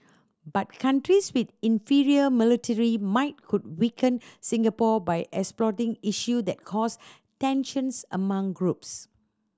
but countries with inferior military might could weaken Singapore by exploiting issue that cause tensions among groups